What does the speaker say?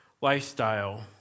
lifestyle